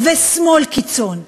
ושמאל קיצון,